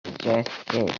suggested